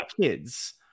kids